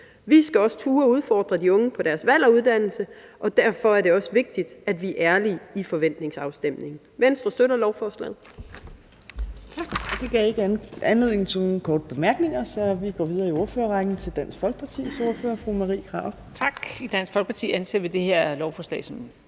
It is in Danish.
Vi skal også turde udfordre de unge på deres valg af uddannelse, og derfor er det også vigtigt, at vi er ærlige i forventningsafstemningen. Venstre støtter lovforslaget.